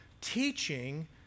teaching